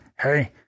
Hey